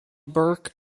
burke